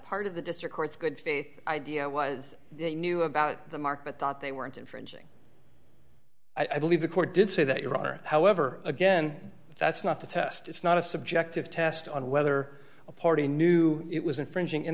part of the district court's good faith idea was they knew about the mark but thought they weren't infringing i believe the court did say that your honor however again that's not the test it's not a subjective test on whether a party knew it was infringing